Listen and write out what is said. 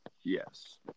Yes